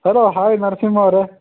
hello hi Narasimha ಅವರೆ